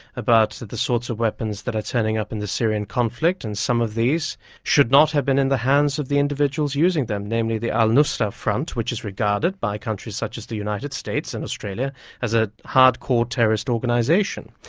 about the sorts of weapons that are turning up in the syrian conflict, and some of these should not have been in the hands of the individuals using them, namely the al-nusra front, which is regarded by countries such as the united states and australia as a hard-core terrorist organisation.